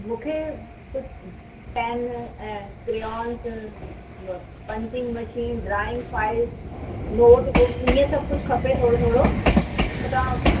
मूंखे कुझु पेन ऐं क्रेयॉन्स अ punching machine drawing file notebooks इहे सभु कुझु खपे थोरो थोरो त तव्हां